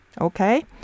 okay